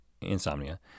insomnia